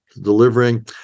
delivering